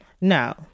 No